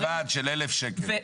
ודמי ועד של 1,000 שקלים.